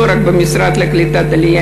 לא רק במשרד לקליטת העלייה,